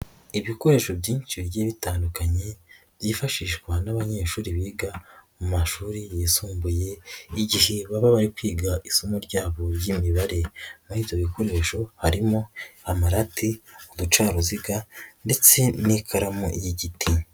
Ibikoresho byinshi bigiye bitandukanye, byifashishwa n'abanyeshuri biga mu mashuri yisumbuye, igihe baba bari kwiga isomo ryabo ry'imibare. muri ibyo bikoresho harimo amarati ,uducaruziga ndetse n'ikaramu y'igiti.